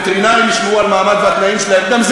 ושהווטרינרים ישמרו על המעמד והתנאים שלהם.